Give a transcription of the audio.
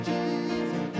Jesus